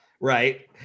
Right